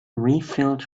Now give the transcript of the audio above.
refilled